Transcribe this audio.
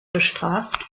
bestraft